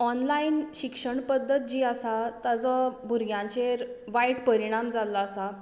online शिक्षण पद्दत जी आसा ताजो भुरग्यांचेर वायट परिणाम जाल्लो आसा